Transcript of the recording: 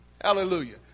Hallelujah